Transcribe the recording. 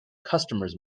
customers